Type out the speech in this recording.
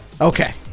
Okay